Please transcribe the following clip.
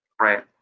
Right